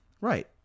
Right